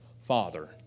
Father